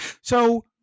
So-